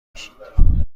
میشید